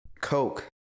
Coke